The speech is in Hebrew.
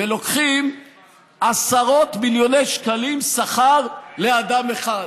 ולוקחים עשרות מיליוני שקלים שכר לאדם אחד?